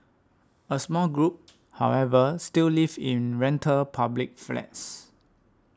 a small group however still live in rental public flats